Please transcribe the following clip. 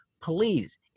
please –